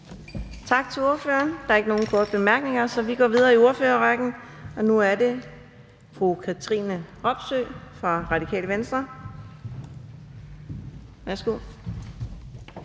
Tak til ordføreren. Der er ikke flere korte bemærkninger, så vi går videre i ordførerrækken. Nu er det så hr. Alexander Ryle fra Liberal Alliance. Værsgo.